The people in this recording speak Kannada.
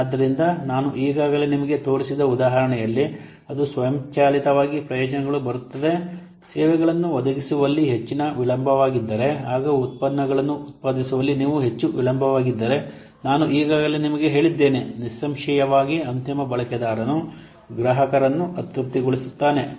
ಆದ್ದರಿಂದ ನಾನು ಈಗಾಗಲೇ ನಿಮಗೆ ತೋರಿಸಿದ ಉದಾಹರಣೆಯಲ್ಲಿ ಅದು ಸ್ವಯಂಚಾಲಿತವಾಗಿ ಪ್ರಯೋಜನಗಳು ಬರುತ್ತದೆ ಸೇವೆಗಳನ್ನು ಒದಗಿಸುವಲ್ಲಿ ಹೆಚ್ಚಿನ ವಿಳಂಬವಾಗಿದ್ದರೆ ಆಗ ಉತ್ಪನ್ನಗಳನ್ನು ಉತ್ಪಾದಿಸುವಲ್ಲಿ ನೀವು ಹೆಚ್ಚು ವಿಳಂಬವಾಗಿದ್ದರೆ ನಾನು ಈಗಾಗಲೇ ನಿಮಗೆ ಹೇಳಿದ್ದೇನೆ ನಿಸ್ಸಂಶಯವಾಗಿ ಅಂತಿಮ ಬಳಕೆದಾರನು ಗ್ರಾಹಕನನ್ನು ಅತೃಪ್ತಿಗೊಳ್ಳುತ್ತಾನೆ